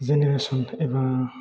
generation एबा